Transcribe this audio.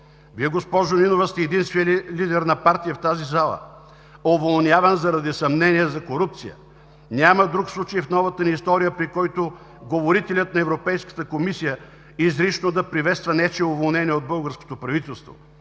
Вие, госпожо Нинова, сте единственият лидер на партия в тази зала, уволняван заради съмнения за корупция. Няма друг случай в новата ни история, при който говорителят на Европейската комисия изрично да приветства нечие уволнение от българското правителство,